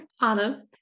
Anna